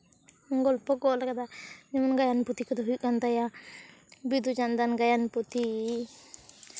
ᱜᱚᱞᱯᱷᱚ ᱚᱞ ᱠᱟᱫᱟᱭ ᱡᱮᱢᱚᱱ ᱜᱟᱭᱟᱱ ᱯᱩᱛᱷᱤ ᱠᱚᱫᱚ ᱦᱩᱭᱩᱜ ᱠᱟᱱ ᱛᱟᱭᱟ ᱵᱤᱫᱩ ᱪᱟᱸᱫᱟᱱ ᱜᱟᱭᱟᱱ ᱯᱩᱛᱷᱤ